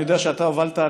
אני יודע שאתה הובלת,